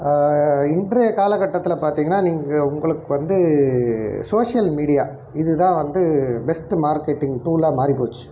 இன்றைய காலகட்டத்தில் பார்த்திங்கனா நீங்கள் உங்களுக்கு வந்து சோஷியல் மீடியா இது தான் வந்து பெஸ்ட்டு மார்க்கெட்டிங் டூலாக மாறிப்போச்சு